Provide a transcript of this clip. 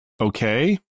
okay